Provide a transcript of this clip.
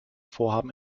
vorhaben